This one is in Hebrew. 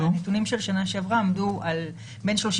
אבל הנתונים של השנה שעברה עמדו על בין 35